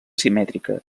simètrica